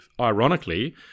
ironically